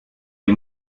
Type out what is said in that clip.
les